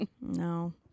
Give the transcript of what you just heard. no